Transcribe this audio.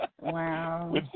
Wow